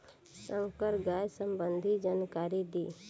संकर गाय सबंधी जानकारी दी?